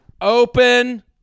open